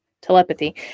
Telepathy